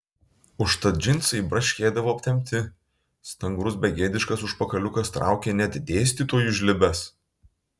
užtat džinsai braškėdavo aptempti stangrus begėdiškas užpakaliukas traukė net dėstytojų žlibes